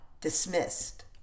Dismissed